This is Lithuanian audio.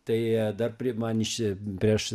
tai dar pri man iš prieš